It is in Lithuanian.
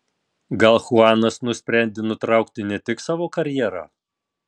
gal chuanas nusprendė nutraukti ne tik savo karjerą